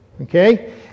Okay